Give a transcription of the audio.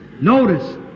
Notice